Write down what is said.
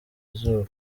izuba